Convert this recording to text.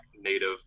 Native